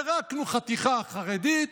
פירקנו חתיכה חרדית,